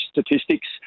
statistics